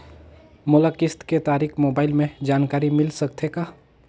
मोला किस्त के तारिक मोबाइल मे जानकारी मिल सकथे का?